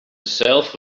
itself